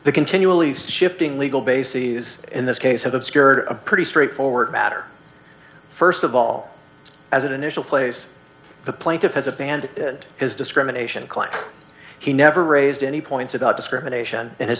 the continually stripping legal bases in this case have obscured a pretty straightforward matter first of all as an initial place the plaintiff has a band and his discrimination claim he never raised any points about discrimination and his